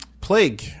Plague